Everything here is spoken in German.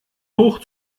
hoch